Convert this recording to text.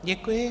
Děkuji.